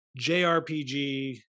JRPG